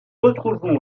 retrouvons